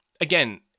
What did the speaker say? again